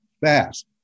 fast